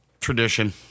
Tradition